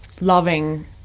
loving